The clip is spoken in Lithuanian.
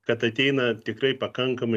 kad ateina tikrai pakankamai